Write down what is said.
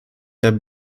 herr